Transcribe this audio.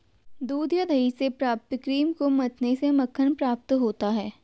दूध या दही से प्राप्त क्रीम को मथने से मक्खन प्राप्त होता है?